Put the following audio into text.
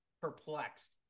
perplexed